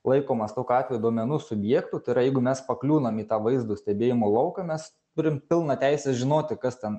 laikomas tokiu atveju duomenų subjektu tai yra jeigu mes pakliūnam į tą vaizdo stebėjimo lauką mes turim pilną teisę žinoti kas ten